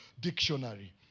Dictionary